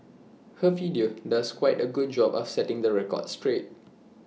her video does quite A good job of setting the record straight